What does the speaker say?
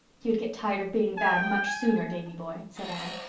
you'd get tired of being bad much sooner, davy-boy, said anne.